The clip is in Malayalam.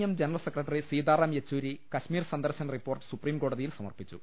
M general secretary Sitaram Yechury Kashmir സന്ദർശന റിപ്പോർട്ട് സുപ്രീംകോടതിയിൽ സമർപ്പിച്ചു